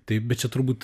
taip bet čia turbūt